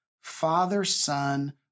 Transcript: father-son